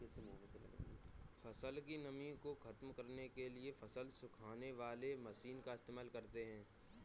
फसल की नमी को ख़त्म करने के लिए फसल सुखाने वाली मशीन का इस्तेमाल करते हैं